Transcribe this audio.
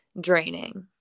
draining